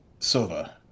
Sova